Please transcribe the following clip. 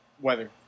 weather